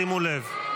שימו לב.